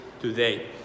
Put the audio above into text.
today